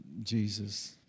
Jesus